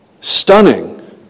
stunning